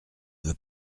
veux